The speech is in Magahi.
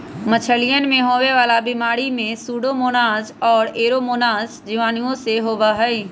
मछलियन में होवे वाला बीमारी में सूडोमोनाज और एयरोमोनास जीवाणुओं से होबा हई